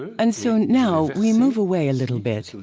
and so, now, we move away a little bit,